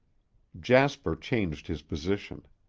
jasper changed his position.